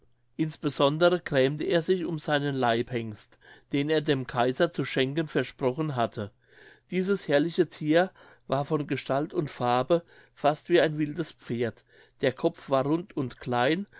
insbesondere grämte er sich um seinen leibhengst den er dem kaiser zu schenken versprochen hatte dieses herrliche thier war von gestalt und farbe fast wie ein wildes pferd der kopf war rund und klein